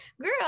girl